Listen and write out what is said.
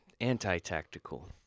Anti-tactical